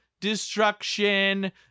destruction